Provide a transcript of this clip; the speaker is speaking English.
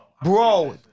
Bro